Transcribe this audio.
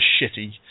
shitty